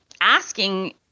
asking